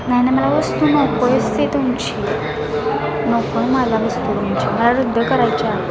नाही नाही मला वस्तू नको आहेच ती तुमची नको आहे मला वस्तू तुमची मला रद्द करायची आहे